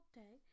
day